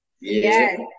Yes